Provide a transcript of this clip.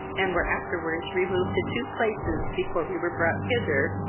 and were afterwards removed to two places before we were brought hither,